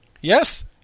Yes